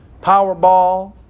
powerball